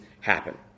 happen